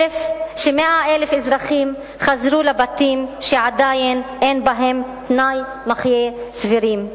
100,000 אזרחים חזרו לבתים שעדיין אין בהם תנאי מחיה סבירים,